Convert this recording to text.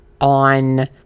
on